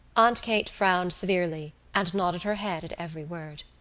aunt kate frowned severely and nodded her head at every word.